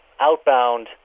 outbound